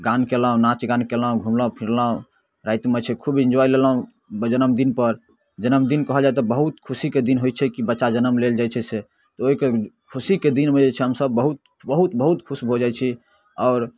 गान कयलहुँ नाच गान कयलहुँ घुमलहुँ फिरलहुँ रातिमे छै खूब इन्जॉय लेलहुँ बऽ जन्मदिनपर जन्मदिन कहल जाइ तऽ बहुत खुशीके दिन होइ छै कि बच्चा जनम लेल जाइ छै से तऽ ओइके खुशीके दिनमे जे छै से हमसभ बहुत बहुत बहुत खुश भऽ जाइ छी आओर